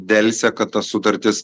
delsė kad tos sutartys